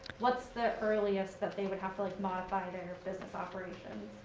what's the earliest that they would have to like modify their business operations?